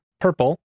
purple